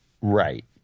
Right